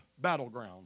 battleground